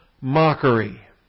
mockery